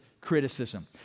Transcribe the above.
criticism